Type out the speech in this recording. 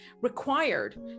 required